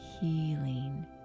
healing